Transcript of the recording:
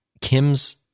Kim's